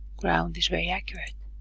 ground is very accurate.